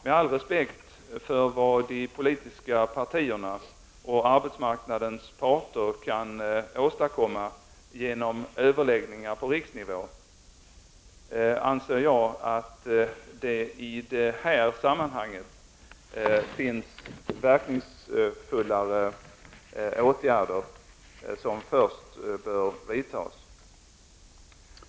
Med all respekt för vad de politiska partierna och arbetsmarknadens parter kan åstadkomma genom överläggningar på riksnivå anser jag att det i det här sammanhanget finns verkningsfullare åtgärder som först bör vidtas.